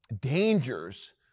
dangers